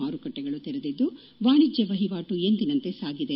ಮಾರುಕಟ್ಟೆಗಳು ತೆರೆದಿದ್ದು ವಾಣಿಜ್ಯ ವಹಿವಾಟು ಎಂದಿನಂತೆ ಸಾಗಿದೆ